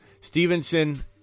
Stevenson